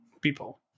people